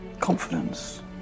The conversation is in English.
Confidence